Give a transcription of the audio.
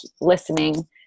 listening